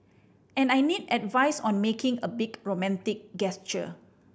and I need advice on making a big romantic gesture